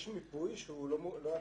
יש מיפוי שהוא לא עדכני,